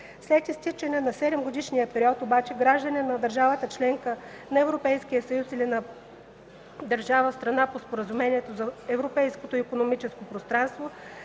След изтичане на 7-годишния период обаче гражданин на държава – членка на Европейския съюз или на държава – страна по Споразумението за Европейското икономическо пространство,